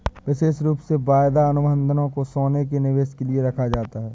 विशेष रूप से वायदा अनुबन्धों को सोने के निवेश के लिये रखा जाता है